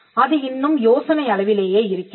அது இன்னும் யோசனை அளவிலேயே இருக்கிறது